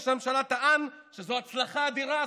ראש הממשלה טען שהסגר הוא הצלחה אדירה,